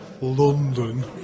London